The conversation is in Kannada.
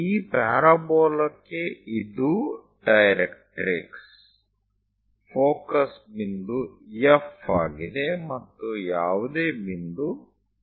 ಈ ಪ್ಯಾರಾಬೋಲಾಕ್ಕೆ ಇದು ಡೈರೆಟ್ರಿಕ್ಸ್ ಫೋಕಸ್ ಬಿಂದು F ಆಗಿದೆ ಮತ್ತು ಯಾವುದೇ ಬಿಂದು P